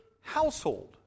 household